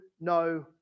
no